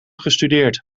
gestudeerd